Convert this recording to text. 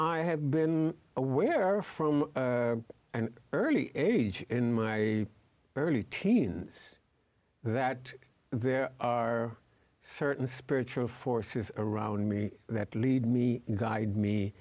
have been aware from an early age in my early teens that there are certain spiritual forces around me that lead me guide me